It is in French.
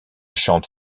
chante